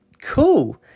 cool